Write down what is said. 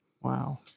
Wow